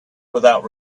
without